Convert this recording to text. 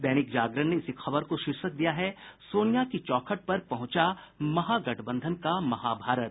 दैनिक जागरण ने इसी खबर को शीर्षक दिया है सोनिया की चौखट पर पहुंचा महागठबंधन का महाभारत